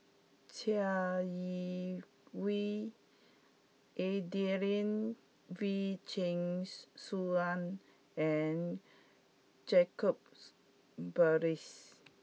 Chai Yee Wei Adelene Wee Chin Suan and Jacob Ballas